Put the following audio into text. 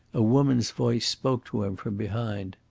a woman's voice spoke to him from behind.